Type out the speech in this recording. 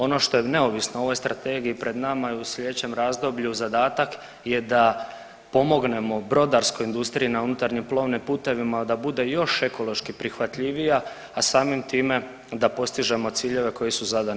Ono što je neovisno o ovoj Strategiji, pred nama je u sljedećem razdoblju zadatak je da pomognemo brodarskoj industriji na unutarnjim plovnim putevima da bude još ekološki prihvatljivija, a samim time da postižemo ciljeve koji su zadani globalno.